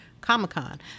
comic-con